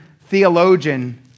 theologian